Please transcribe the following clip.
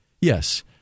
Yes